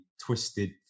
twisted